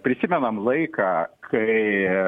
prisimenam laiką kai